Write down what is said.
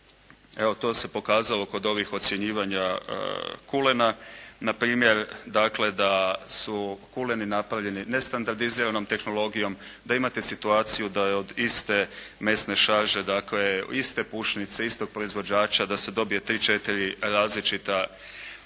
evo to se pokazalo kod ovih ocjenjivanja kulena, na primjer dakle da su kuleni napravljeni nestandardiziranom tehnologijom, da imate situaciju da je od iste mesne šarže, dakle iste pušnice istog proizvođača da se dobije 3, 4 različita